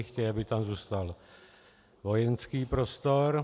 Chtějí, aby tam zůstal vojenský prostor.